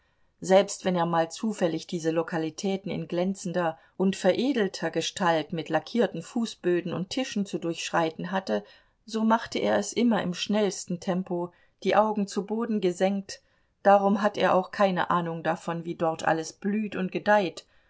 selbst wenn er mal zufällig diese lokalitäten in glänzender und veredelter gestalt mit lackierten fußböden und tischen zu durchschreiten hatte so machte er es immer im schnellsten tempo die augen zu boden gesenkt darum hat er auch keine ahnung davon wie dort alles blüht und gedeiht